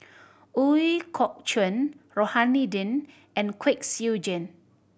Ooi Kok Chuen Rohani Din and Kwek Siew Jin